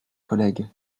collègues